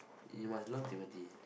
you must love timothy